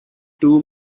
too